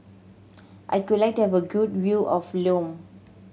I could like to have a good view of Lome